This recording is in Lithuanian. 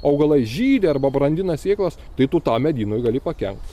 augalai žydi arba brandina sėklas tai tu tam medynui gali pakenkt